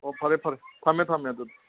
ꯑꯣ ꯐꯔꯦ ꯐꯔꯦ ꯊꯝꯃꯦ ꯊꯝꯃꯦ ꯑꯗꯨꯗꯤ